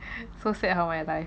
so sad how my life